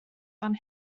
fan